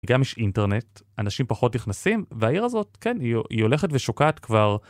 גם יש אינטרנט, אנשים פחות נכנסים, והעיר הזאת, כן, היא הולכת ושוקעת כבר